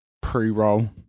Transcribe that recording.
pre-roll